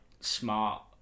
smart